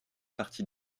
partie